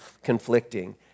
conflicting